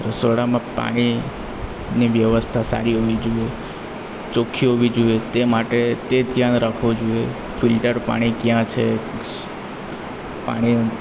રસોડામાં પાણીની વ્યવસ્થા સારી હોવી જોઈએ ચોક્ખી હોવી જોઈએ તે માટે તે ત્યાંજ રાખવો જોઈએ ફિલ્ટર પાણી ક્યાં છે પાણી